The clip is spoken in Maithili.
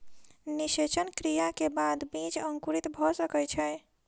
निषेचन क्रिया के बाद बीज अंकुरित भ सकै छै